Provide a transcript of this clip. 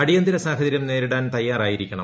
അടിയന്തിര സാഹചര്യം നേരിടാൻ തയാറായിരിക്കണം